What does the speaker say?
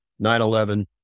9/11